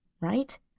Right